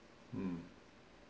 hmm